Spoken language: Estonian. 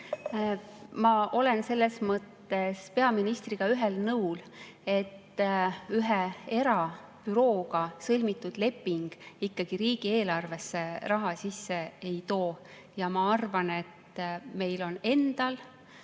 Ma olen selles mõttes peaministriga ühel nõul, et ühe erabürooga sõlmitud leping ikkagi riigieelarvesse raha sisse ei too, ja ma arvan, et meil on endal